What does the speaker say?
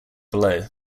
below